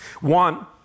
One